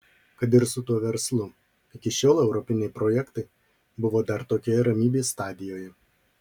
kad ir su tuo verslu iki šiol europiniai projektai buvo dar tokioje ramybės stadijoje